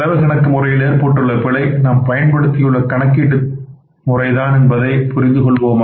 செலவு கணக்கு முறையில் ஏற்பட்டுள்ள பிழை நாம் பயன்படுத்தியுள்ள கணக்கீட்டு முறை தான் என்பதை புரிந்து கொள்வோமாக